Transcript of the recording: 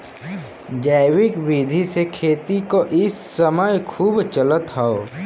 जैविक विधि से खेती क इ समय खूब चलत हौ